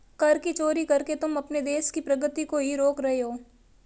कर की चोरी करके तुम अपने देश की प्रगती को ही रोक रहे हो